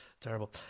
Terrible